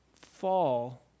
fall